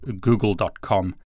google.com